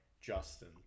Justin